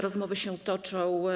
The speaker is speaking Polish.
Rozmowy się toczą.